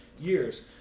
years